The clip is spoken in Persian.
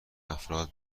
افراد